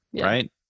right